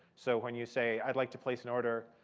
so when you say, i'd like to place an order,